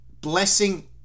Blessing